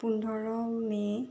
পোন্ধৰ মে'